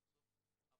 חוסר ערנות,